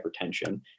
hypertension